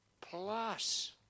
Plus